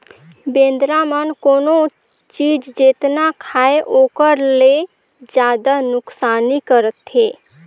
बेंदरा मन कोनो चीज जेतना खायें ओखर ले जादा नुकसानी करथे